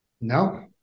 No